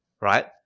right